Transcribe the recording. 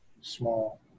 small